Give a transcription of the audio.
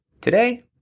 Today